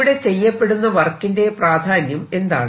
ഇവിടെ ചെയ്യപ്പെടുന്ന വർക്കിന്റെ പ്രാധാന്യം എന്താണ്